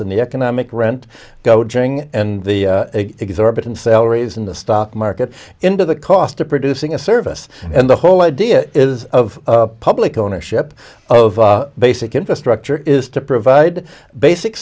and the economic rent go during and the exorbitant salaries in the stock market into the cost of producing a service and the whole idea is of public ownership of basic infrastructure is to provide basic